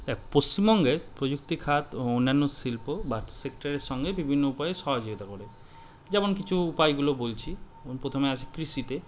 দেখ পশ্চিমবঙ্গে প্রযুক্তি খাত ও অন্যান্য শিল্প বা সেক্টরের সঙ্গে বিভিন্ন উপায়ে সহযোগিতা করে যেমন কিছু উপায়গুলো বলছি প্রথমে আসি কৃষিতে